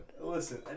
Listen